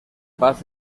paz